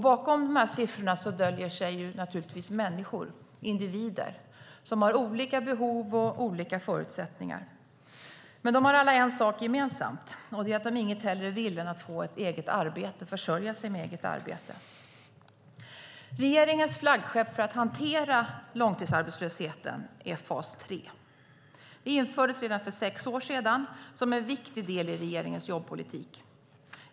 Bakom dessa siffror döljer sig förstås människor, individer, som har olika behov och olika förutsättningar. De har dock alla en sak gemensamt, och det är att de inget hellre vill än att få ett eget arbete och kunna försörja sig. Regeringens flaggskepp för att kunna hantera långtidsarbetslösheten är fas 3. Det infördes redan för sex år sedan som en viktig del i regeringens jobbpolitik.